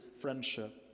friendship